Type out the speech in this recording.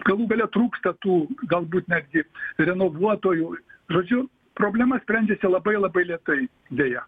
galų gale trūksta tų galbūt netgi renovuotųjų žodžiu problema sprendžiasi labai labai lėtai deja